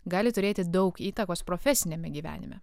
gali turėti daug įtakos profesiniame gyvenime